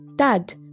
Dad